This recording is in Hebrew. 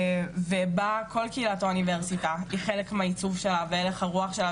ובה כל קהילת האוניברסיטה היא חלק מעיצוב שלה והלך הרוח שלה